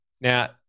Now